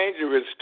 dangerous